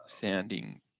sounding